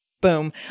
Boom